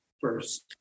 First